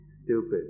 stupid